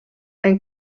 ein